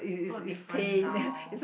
so different now